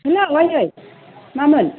hello आगै मामोन